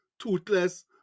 toothless